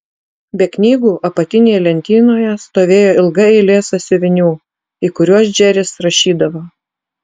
be knygų apatinėje lentynoje stovėjo ilga eilė sąsiuvinių į kuriuos džeris rašydavo